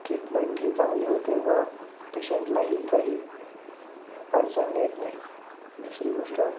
ट्रीटमेंटही चांगली होते व पेशंटलाही काही अडचण येत नाही दुसरी गोष्ट